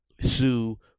Sue